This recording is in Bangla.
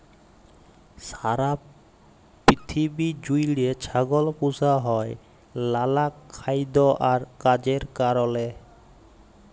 সারা পিথিবী জুইড়ে ছাগল পুসা হ্যয় লালা খাইদ্য আর কাজের কারলে